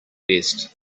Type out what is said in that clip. best